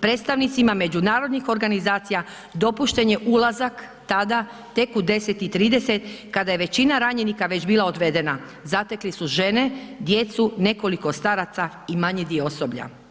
predstavnicima međunarodnih organizacija dopušten je ulazak tada tek u 10,30 kada je većina ranjenika već bila odvedena, zatekli su žene, djecu, nekoliko staraca i manji dio osoblja.